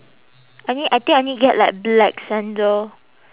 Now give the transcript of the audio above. I need I think I need get like black sandal